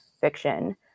fiction